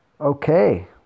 Okay